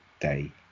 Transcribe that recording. day